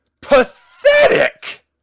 pathetic